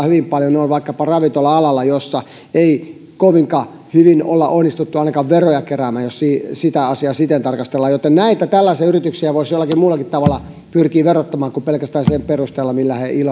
hyvin paljon vaikkapa ravintola alalla senkaltaista liiketoimintaa jossa ei kovinkaan hyvin olla onnistuttu ainakaan veroja keräämään jos sitä asiaa siten tarkastellaan joten näitä tällaisia yrityksiä voisi jollakin muullakin tavalla pyrkiä verottamaan kuin pelkästään sen perusteella miten he